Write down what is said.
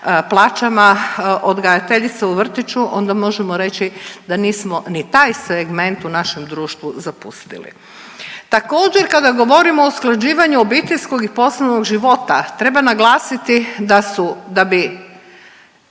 plaćama odgajateljica u vrtiću onda možemo reći da nismo ni taj segment u našem društvu zapustili. Također kada govorimo o usklađivanju obiteljskog i poslovnog života, treba naglasiti da su da bi